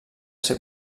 ser